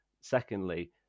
Secondly